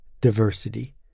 diversity